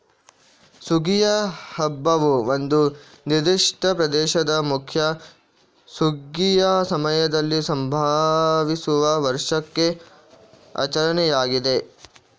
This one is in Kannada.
ಸುಗ್ಗಿಯ ಹಬ್ಬವು ಒಂದು ನಿರ್ದಿಷ್ಟ ಪ್ರದೇಶದ ಮುಖ್ಯ ಸುಗ್ಗಿಯ ಸಮಯದಲ್ಲಿ ಸಂಭವಿಸುವ ವಾರ್ಷಿಕ ಆಚರಣೆಯಾಗಿದೆ